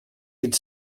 could